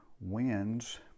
wins